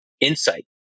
insight